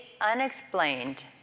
unexplained